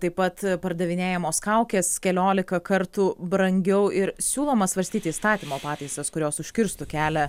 taip pat pardavinėjamos kaukės keliolika kartų brangiau ir siūloma svarstyti įstatymo pataisas kurios užkirstų kelią